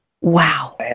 Wow